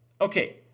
Okay